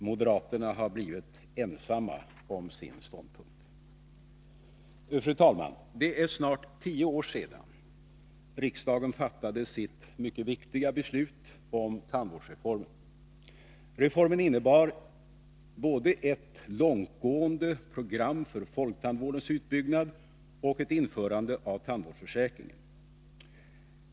Moderaterna har blivit ensamma om sin ståndpunkt. Fru talman! Det är snart tio år sedan riksdagen fattade sitt mycket viktiga beslut om tandvårdsreformen. Reformen innebar både ett långtgående program för folktandvårdens utbyggnad och ett införande av tandvårdsförsäkringen.